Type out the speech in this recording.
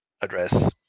address